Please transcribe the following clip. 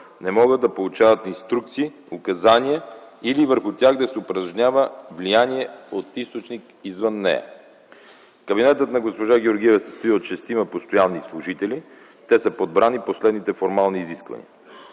не могат да получават инструкции, указания или върху тях да се упражнява влияние от източник извън нея. Кабинетът на госпожа Георгиева се състои от шестима постоянни служители. Те са подбрани по следните формални изисквания: